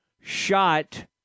shot